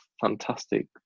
fantastic